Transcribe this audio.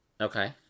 Okay